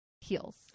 heels